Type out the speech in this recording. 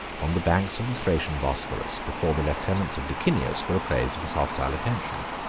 on the banks of the thracian bosphorus before the lieutenants of licinius were apprised of his hostile intentions.